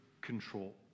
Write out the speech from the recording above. control